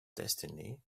destiny